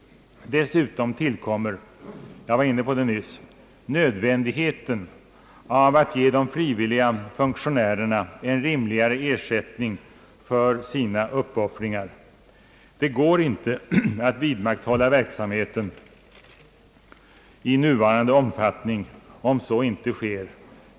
Dessutom tillkommer, såsom jag nyss påpekade, nödvändigheten att ge de frivilliga funktionärerna en rimligare ersättning för deras uppoffringar. Det går inte att vidmakthålla verksamheten i dess nuvarande omfattning om så inte sker.